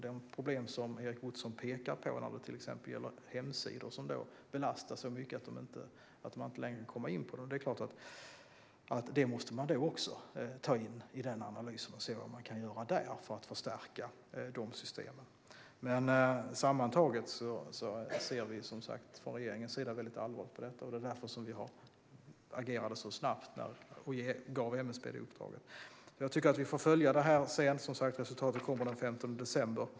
De problem som Erik Ottoson pekar på, till exempel när det gäller hemsidor som belastas så hårt att det inte längre går att komma in på dem, måste också tas med i den analysen för att se vad som kan göras för att förstärka de systemen. Sammantaget ser regeringen som sagt allvarligt på detta. Därför agerade vi snabbt och gav MSB uppdraget. Vi får följa det här. Resultatet kommer den 15 december.